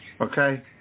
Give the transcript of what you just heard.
okay